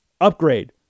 upgrade